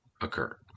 occur